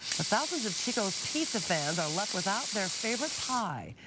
but thousands of chico's pizza fans are left without their favorite pie.